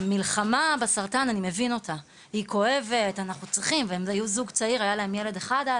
הם היו אז זוג צעיר, עם ילד אחד,